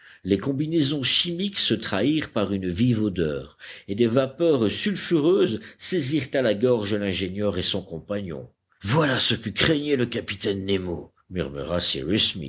les combinaisons chimiques se trahirent par une vive odeur et des vapeurs sulfureuses saisirent à la gorge l'ingénieur et son compagnon voilà ce que craignait le capitaine nemo